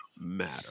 matter